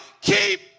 keep